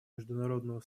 международного